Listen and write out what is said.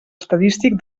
estadístic